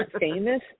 famous